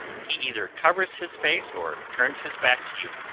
he either covers his face, or turns his back to you.